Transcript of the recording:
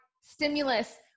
stimulus